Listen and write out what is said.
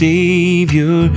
Savior